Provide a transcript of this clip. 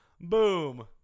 Boom